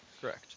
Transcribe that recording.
Correct